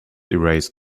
erased